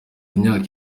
imyaka